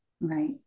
right